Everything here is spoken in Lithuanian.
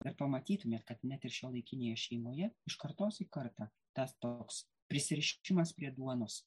ir pamatytumėt kad net ir šiuolaikinėje šeimoje iš kartos į kartą tas toks prisirišimas prie duonos